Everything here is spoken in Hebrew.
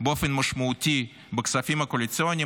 באופן משמעותי בכספים הקואליציוניים